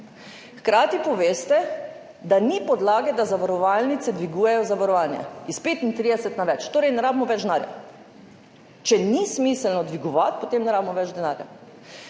Hkrati poveste, da ni podlage, da zavarovalnice dvigujejo zavarovanje s 35 na več. Torej ne potrebujemo več denarja. Če ni smiselno dvigovati, potem ne potrebujemo več denarja.